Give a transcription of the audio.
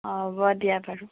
হ'ব দিয়া বাৰু